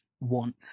want